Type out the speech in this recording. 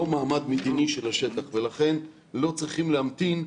מעמד מדיני של השטח ולכן לא צריך להמתין.